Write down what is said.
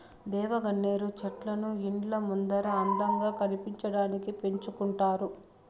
దేవగన్నేరు చెట్లను ఇండ్ల ముందర అందంగా కనిపించడానికి పెంచుకుంటారు